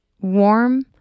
warm